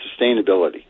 sustainability